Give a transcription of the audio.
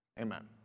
Amen